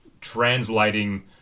translating